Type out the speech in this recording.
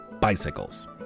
Bicycles